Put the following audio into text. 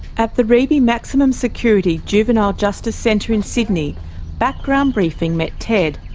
at the reiby maximum security juvenile justice centre in sydney background briefing met ted.